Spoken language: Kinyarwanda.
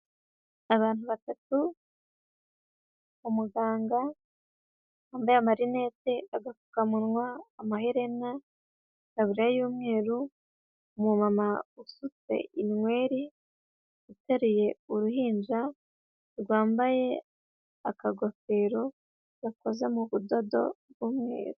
Abantu batatu, umuganga wambaye amarinete, agapfukamunwa, amaherena, itaburiya y'umweru, umumama usutse inweri, uteruye uruhinja rwambaye akagofero gakoze mu budodo bw'umweru.